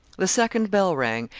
the second bell rang,